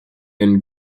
and